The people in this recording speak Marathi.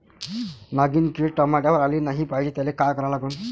नागिन किड टमाट्यावर आली नाही पाहिजे त्याले काय करा लागन?